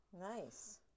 nice